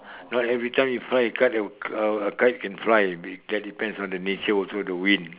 not every time you fly a kite uh a kite can fly that depends on the nature also the wind